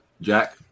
Jack